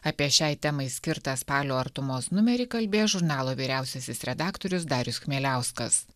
apie šiai temai skirtą spalio artumos numerį kalbė žurnalo vyriausiasis redaktorius darius chmieliauskas